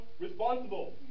responsible